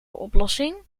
oplossing